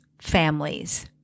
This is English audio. families